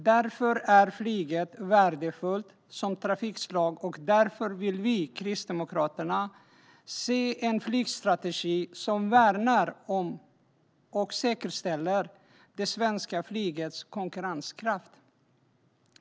Därför är flyget värdefullt som trafikslag, och därför vill vi kristdemokrater se en flygstrategi som värnar om och säkerställer det svenska flygets konkurrenskraft.